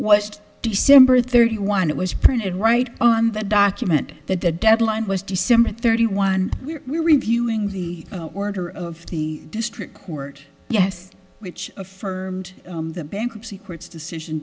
watched december thirty one it was printed right on the document that the deadline was december thirty one we're reviewing the order of the district court yes which affirmed the bankruptcy court's decision